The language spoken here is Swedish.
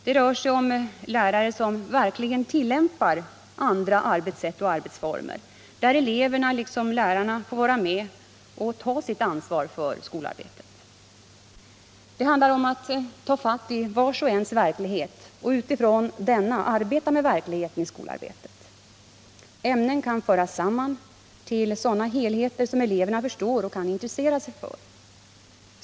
Det rör sig om lärare som verkligen tillämpar andra arbetssätt och arbetsformer, där eleverna liksom lärarna får vara med och ta sitt ansvar för skolarbetet. Det handlar om att ta fatt i vars och ens verklighet och utifrån denna arbeta med verkligheten i skolarbetet. Ämnena kan föras samman till sådana helheter som eleverna förstår och kan intressera sig för.